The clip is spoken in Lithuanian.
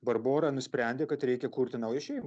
barbora nusprendė kad reikia kurti naują šeimą